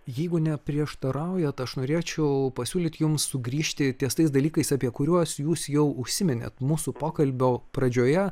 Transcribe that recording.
jeigu neprieštaraujat aš norėčiau pasiūlyt jums sugrįžti ties tais dalykais apie kuriuos jūs jau užsiminėt mūsų pokalbio pradžioje